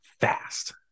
fast